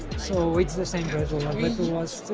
so it's the same result.